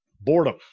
Boredom